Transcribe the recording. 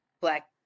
black